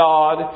God